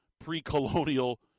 pre-colonial